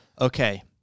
okay